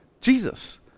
Jesus